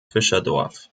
fischerdorf